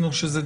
אני לא חושבת שזה